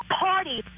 party